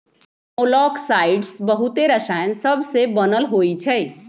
मोलॉक्साइड्स बहुते रसायन सबसे बनल होइ छइ